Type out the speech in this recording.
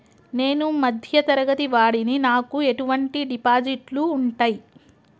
నేను మధ్య తరగతి వాడిని నాకు ఎటువంటి డిపాజిట్లు ఉంటయ్?